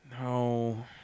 No